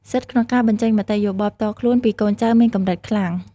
សិទ្ធិក្នុងការបញ្ចេញមតិយោបល់ផ្ទាល់ខ្លួនពីកូនចៅមានកម្រិតខ្លាំង។